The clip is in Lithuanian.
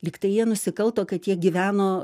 lyg tai jie nusikalto kad jie gyveno